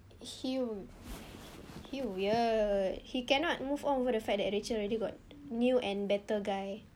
he we~ he weird he cannot move on over the fact that rachel already got new and better guy